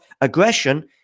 aggression